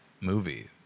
movie